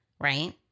right